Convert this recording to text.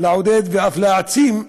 לעודד ואף להעצים,